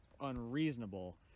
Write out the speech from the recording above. unreasonable